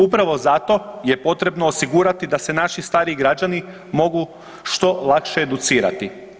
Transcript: Upravo zato je potrebno osigurati da se naši stariji građani mogu što lakše educirati.